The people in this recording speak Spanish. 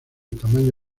tamaño